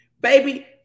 Baby